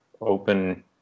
open